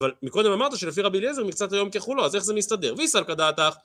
אבל מקודם אמרת שלפי רבי אליעזר, מקצת היום ככולו, אז איך זה מסתדר? ואי סלקא דעתך.